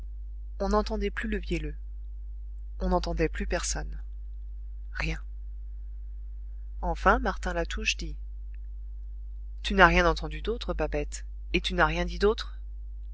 on n'entendait plus le vielleux on n'entendait plus personne rien enfin martin latouche dit tu n'as rien entendu d'autre babette et tu n'as rien dit d'autre